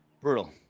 Brutal